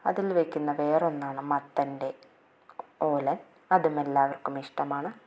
അതില് വെയ്ക്കുന്ന വേറൊന്നാണ് മത്തൻ്റെ ഓലന് അതും എല്ലാവര്ക്കും ഇഷ്ടമാണ്